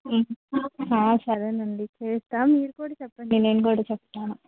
సరే అండి చేయిస్తాను మీరు కూడా చెప్పండి నేను కూడా చెప్తాను